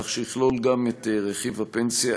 כך שיכלול גם את רכיב הפנסיה.